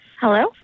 Hello